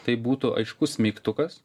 tai būtų aiškus mygtukas